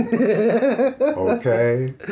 Okay